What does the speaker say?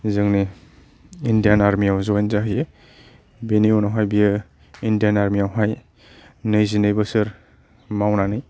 जोंनि इन्डियान आर्मिआव जइन जाहैयो बेनि उनावहाय बियो इन्डियान आर्मिआवहाय नैजिनै बोसोर मावनानै